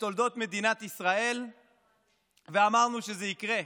בתולדות מדינת ישראל ואמרנו שזה יקרה.